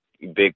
big